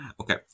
Okay